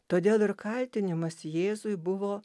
todėl ir kaltinimas jėzui buvo